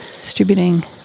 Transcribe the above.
Distributing